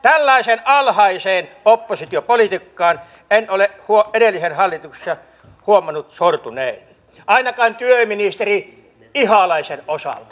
tällaiseen alhaiseen oppositiopolitiikkaan en ole huomannut että edellisen hallituksen aikana olisi sorruttu ainakaan työministeri ihalaisen osalta